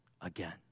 again